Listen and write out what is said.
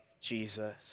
Jesus